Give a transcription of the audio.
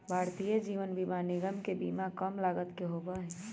भारतीय जीवन बीमा निगम के बीमा कम लागत के होबा हई